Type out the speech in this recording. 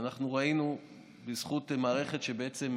ראינו בזכות מערכת, שבעצם,